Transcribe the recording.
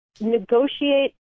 negotiate